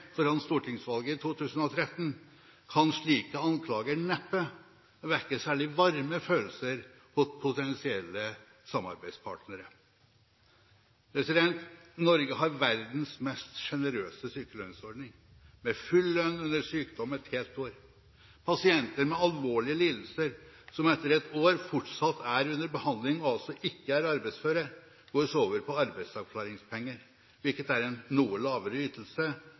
foran stortingsvalget i 2013, kan slike anklager neppe vekke særlig varme følelser hos potensielle samarbeidspartnere. Norge har verdens mest sjenerøse sykelønnsordning, med full lønn under sykdom et helt år. Pasienter med alvorlige lidelser som etter ett år fortsatt er under behandling, og som ikke er arbeidsføre, går så over på arbeidsavklaringspenger, hvilket er en noe lavere ytelse,